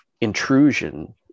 intrusion